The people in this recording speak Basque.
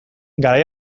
garai